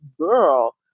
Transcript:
girl